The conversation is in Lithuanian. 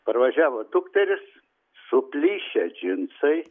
parvažiavo dukterys suplyšę džinsai